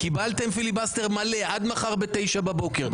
קיבלתם פיליבסטר מלא עד מחר בתשע בבוקר,